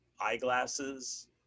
eyeglasses